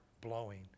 blowing